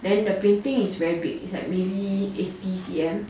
then the painting is very big its like maybe eighty C_M